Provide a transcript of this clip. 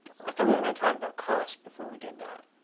i thought we were going to talk about cost before we did that.